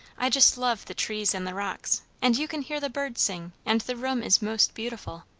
i just love the trees and the rocks. and you can hear the birds sing. and the room is most beautiful.